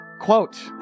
Quote